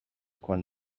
quan